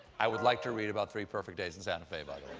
i would like to read about three perfect days in santa fe, by